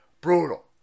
Brutal